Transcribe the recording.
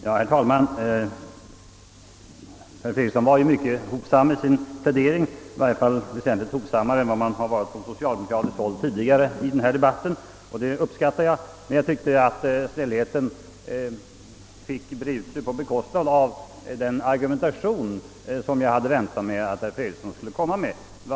Herr talman! Herr Fredriksson var ju mycket hovsam i sin plädering, i varje fall mycket hovsammare än vad man från socialdemokratiskt håll varit tidigare i den här debatten, och det uppskattar jag. Jag tyckte emellertid att snällheten fick breda ut sig på bekostnad av den argumentation som jag väntade att herr Fredriksson skulle komma med.